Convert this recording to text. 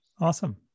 Awesome